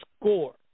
score